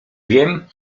wiem